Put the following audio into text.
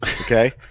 Okay